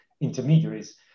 intermediaries